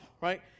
right